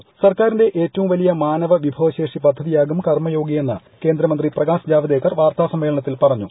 ക്ലൂർക്കാരിന്റെ ഏറ്റവും വലിയ മാനവവിഭവശേഷി പദ്ധതിയാകും കൂർമയോഗിയെന്ന് കേന്ദ്രമന്ത്രി പ്രകാശ് ജാവദേക്കർ വാർത്താസ്മ്മേളനത്തിൽ പറഞ്ഞു